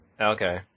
Okay